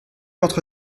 entre